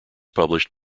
published